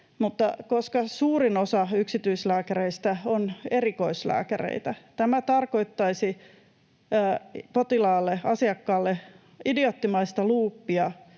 Mutta koska suurin osa yksityislääkäreistä on erikoislääkäreitä, tämä tarkoittaisi potilaalle, asiakkaalle, idioottimaista luuppia